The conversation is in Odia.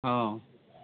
ହଁ